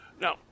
Now